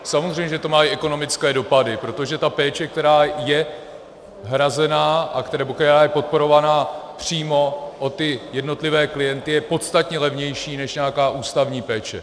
Samozřejmě že to má i ekonomické dopady, protože ta péče, která je hrazena nebo která je podporována přímo, o jednotlivé klienty, je podstatně levnější než nějaká ústavní péče.